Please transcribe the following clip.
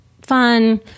fun